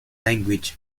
languages